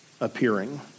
appearing